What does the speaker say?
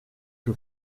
que